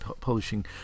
publishing